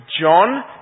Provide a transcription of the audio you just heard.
John